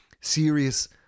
serious